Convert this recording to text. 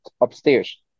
upstairs